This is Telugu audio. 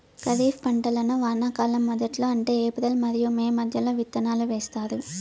ఖరీఫ్ పంటలను వానాకాలం మొదట్లో అంటే ఏప్రిల్ మరియు మే మధ్యలో విత్తనాలు వేస్తారు